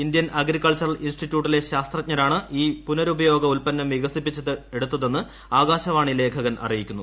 Indian agriculture ഇൻസ്റ്റിറ്റ്യൂട്ടിലെ ശാസ്ത്രജ്ഞരാണ് ഈ പുനരുപയോഗ ഉൽപ്പന്നം വികസിപ്പിച്ചെടുത്തതെന്ന് ആകാശവാണി ലേഖകൻ അറിയിക്കുന്നു